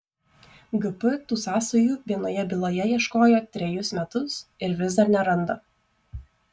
gp tų sąsajų vienoje byloje ieškojo trejus metus ir vis dar neranda